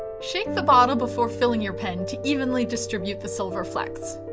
shake the bottle before filling your pen to evenly distribute the silver flecks.